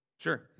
Sure